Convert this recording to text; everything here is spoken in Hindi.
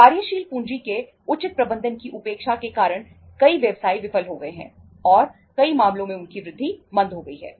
कार्यशील पूंजी के उचित प्रबंधन की उपेक्षा के कारण कई व्यवसाय विफल हो गए हैं और कई मामलों में उनकी वृद्धि मंद हो गई है